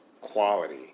quality